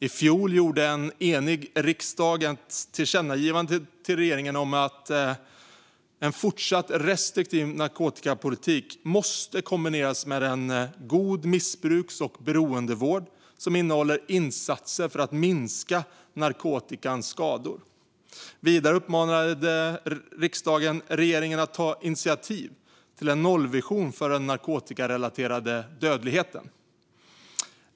I fjol gjorde en enig riksdag ett tillkännagivande till regeringen om att en fortsatt restriktiv narkotikapolitik måste kombineras med en god missbruks och beroendevård som innehåller insatser för att minska narkotikans skador. Vidare uppmanade riksdagen regeringen att ta initiativ till en nollvision för den narkotikarelaterade dödligheten.